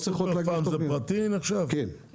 סופר-פארם נחשב לבית מרקחת פרטי?